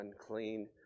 unclean